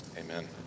amen